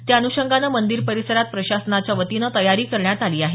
त्या अनुषंगाने मंदिर परिसरात प्रशासनाच्यावतीनं तयारी करण्यात आली आहे